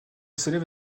s’élève